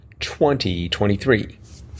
2023